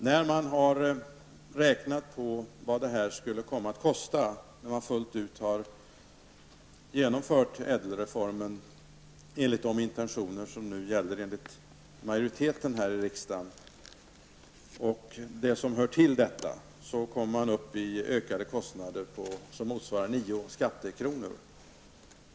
När man där räknat på vad ÄDEL-reformen kommer att kosta när den är fullt ut genomförd enligt majoritetens intentioner, finner man att kostnaderna kommer att öka med ett belopp som motsvarar nio skattekronor.